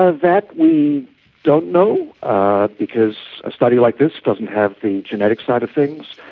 ah that we don't know because a study like this doesn't have the genetic side of things.